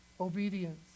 Obedience